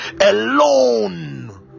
alone